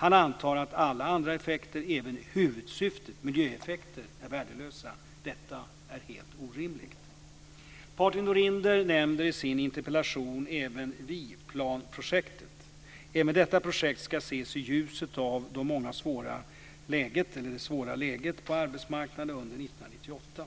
Han antar att alla andra effekter, även huvudsyftet miljöeffekter, är värdelösa. Detta är helt orimligt. Patrik Norinder nämner i sin interpellation även Viplanprojektet. Även detta projekt ska ses i ljuset av det mycket svåra läget på arbetsmarknaden under 1998.